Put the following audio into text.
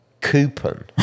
coupon